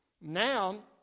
Now